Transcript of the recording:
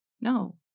No